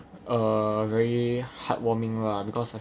uh very heartwarming lah because